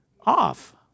off